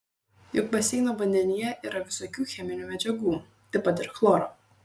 juk baseino vandenyje yra visokių cheminių medžiagų taip pat ir chloro